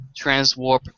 transwarp